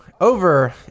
Over